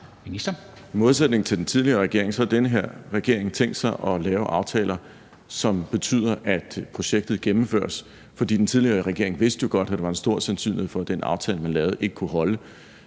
I modsætning til den tidligere regering har den her regering tænkt sig at lave aftaler, som betyder, at projektet gennemføres. Den tidligere regering vidste jo godt, at der var en stor sandsynlighed for, at den aftale, man lavede, ikke kunne holde.